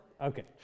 Okay